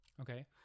Okay